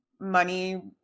money